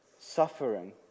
suffering